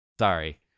Sorry